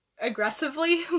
aggressively